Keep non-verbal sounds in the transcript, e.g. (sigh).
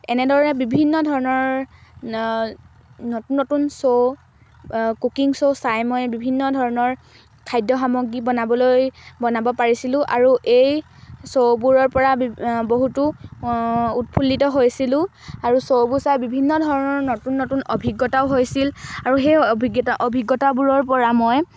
এনেদৰে বিভিন্ন ধৰণৰ নতুন নতুন শ্ব' কুকিং শ্ব' চাই মই বিভিন্ন ধৰণৰ খাদ্য সামগ্ৰী বনাবলৈ বনাব পাৰিছিলোঁ আৰু এই শ্ব'বোৰৰ পৰা (unintelligible) বহুতো উৎফুল্লিত হৈছিলোঁ আৰু শ্ব'বোৰ চাই বিভিন্ন ধৰণৰ নতুন নতুন অভিজ্ঞতাও হৈছিল আৰু সেই অভিজ্ঞতা অভিজ্ঞতাবোৰৰ পৰা মই